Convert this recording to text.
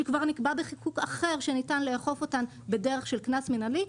שכבר נקבע בחיקוק אחר שניתן לאכוף אותן בדרך של קנס מנהלי,